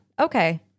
okay